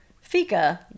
fika